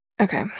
Okay